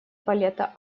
балета